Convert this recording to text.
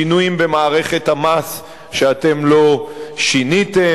שינויים במערכת המס שאתם לא שיניתם,